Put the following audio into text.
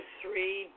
three